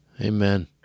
Amen